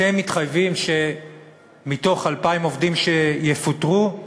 אתם מתחייבים שמתוך 2,000 עובדים שיפוטרו,